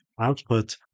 output